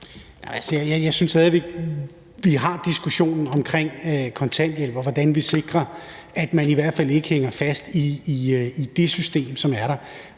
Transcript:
Jeg synes stadig væk, at vi har en diskussion omkring kontanthjælp og hvordan vi sikrer, at man i hvert fald ikke hænger fast i det system. Det har